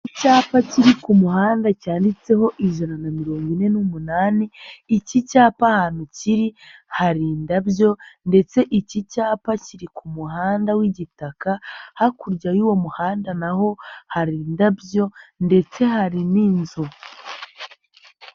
Icyapa kiri ku muhanda cyanditseho ijana na mirongo ine n'umunani, iki cyapa ahantu kiri hari indabyo ndetse iki cyapa kiri ku muhanda w'igitaka, hakurya y'uwo muhanda na ho hari indabyo ndetse hari n'inzu.